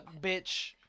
bitch